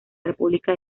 república